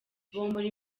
bombori